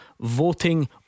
Voting